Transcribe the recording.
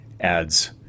adds